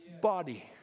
body